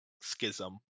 schism